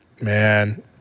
Man